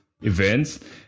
events